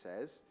says